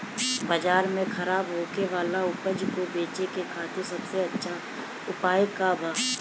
बाजार में खराब होखे वाला उपज को बेचे के खातिर सबसे अच्छा उपाय का बा?